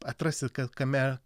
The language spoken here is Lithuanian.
atrasi ka kame